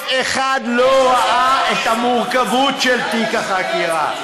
אף אחד לא ראה את המורכבות של תיק החקירה.